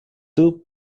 two